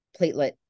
platelet